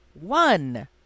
one